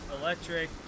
electric